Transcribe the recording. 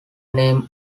name